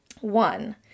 One